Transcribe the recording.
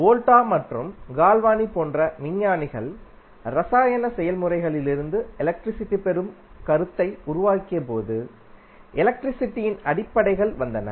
வோல்டா மற்றும் கால்வானி போன்ற விஞ்ஞானிகள் இரசாயன செயல்முறைகளிலிருந்து எலக்ட்ரிசிட்டி பெறும் கருத்தை உருவாக்கியபோது எலக்ட்ரிசிட்டியின் அடிப்படைகள் வந்தன